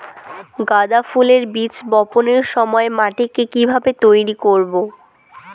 গাদা ফুলের বীজ বপনের সময় মাটিকে কিভাবে তৈরি করব?